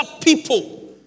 people